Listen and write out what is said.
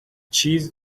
چیز